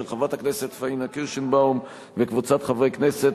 של חברת הכנסת פניה קירשנבאום וקבוצת חברי הכנסת,